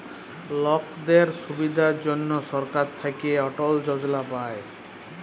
লকদের সুবিধার জনহ সরকার থাক্যে অটল যজলা পায়